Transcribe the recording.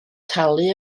talu